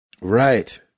Right